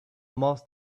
most